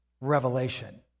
revelation